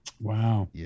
Wow